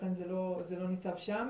לכן זה לא ניצב שם,